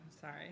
sorry